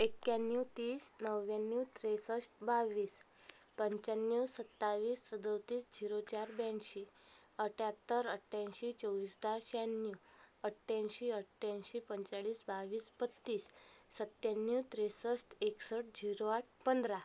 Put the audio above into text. एक्याण्णव तीस नव्याण्णव त्रेसष्ठ बावीस पंच्याण्णव सत्तावीस सदोतीस झिरो चार ब्याऐंशी अठ्याहत्तर अठ्याऐंशी चोवीस तास शहाण्णव अठ्याऐंशी अठ्याऐंशी पंचेचाळीस बावीस पस्तीस सत्याण्णव त्रेसष्ठ एकसष्ठ झिरो आठ पंधरा